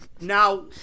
Now